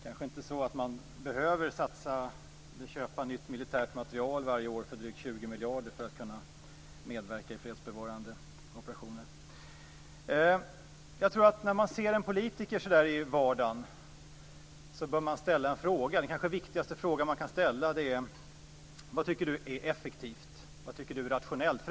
Man behöver kanske inte satsa på nytt militärt materiel varje år för drygt 20 miljarder för att kunna medverka i fredsbevarande operationer. När man ser en politiker i vardagen bör man ställa en fråga. Den kanske viktigaste frågan man kan ställa är: Vad tycker du är effektivt och rationellt?